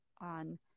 on